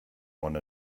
one